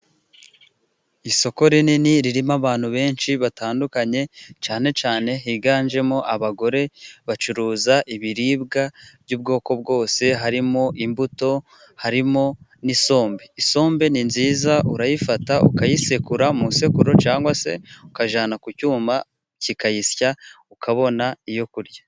Isoko rinini ririmo abantu benshi batandukanye cyane cyane higanjemo abagore bacuruza ibiribwa by'ubwoko bwose. Harimo imbuto, harimo n'isombe; isombe ni nziza urayifata ukayisekura musekuru cyangwa se ukayijyana ku cyuma kikayisya ukabona iyo kurya.